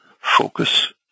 focus